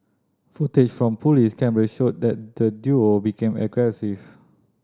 footage from police cameras showed that the duo became aggressive